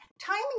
timing